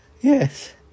Yes